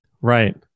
Right